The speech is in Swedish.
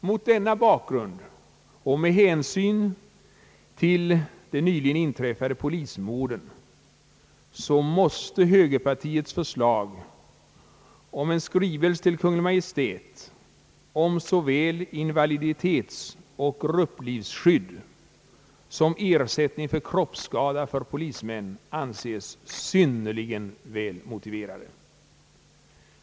Mot denna bakgrund och med hänsyn till de nyligen inträffade polismorden måste högerpartiets förslag om skrivelse till Kungl. Maj:t om såväl invaliditetsoch grupplivskydd som ersättning för kroppsskada för polismän anses synnerligen välmotiverade.